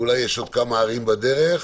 ואולי יש עוד כמה ערים בדרך,